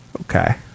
Okay